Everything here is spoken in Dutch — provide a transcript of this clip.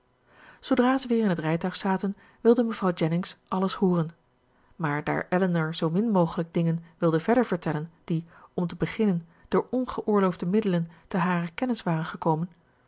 zoodra ze weer in het rijtuig zaten wilde mevrouw jennings alles hooren maar daar elinor zoo min mogelijk dingen wilde verder vertellen die om te beginnen door ongeoorloofde middelen te harer kennis waren gekomen